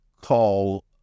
call